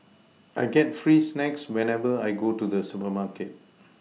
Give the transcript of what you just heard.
I get free snacks whenever I go to the supermarket